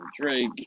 Drake